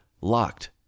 LOCKED